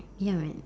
ya man